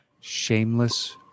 shameless